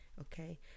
Okay